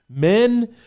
Men